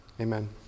Amen